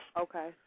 Okay